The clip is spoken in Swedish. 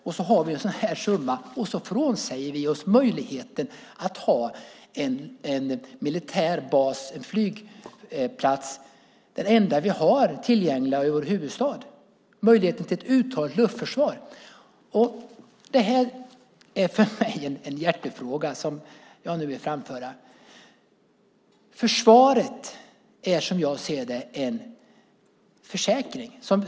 Nu har vi en sådan här summa och så frånsäger vi oss möjligheten att ha en militär bas, den enda flygplats vi har tillgänglig nära vår huvudstad och därmed möjligheten till ett uthålligt luftförsvar. Det här är för mig en hjärtefråga som jag nu vill framföra. Försvaret är som jag ser det en försäkring.